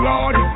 Lord